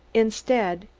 instead,